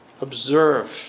Observe